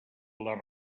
les